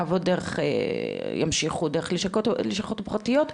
יעבוד דרך הלשכות הפרטיות,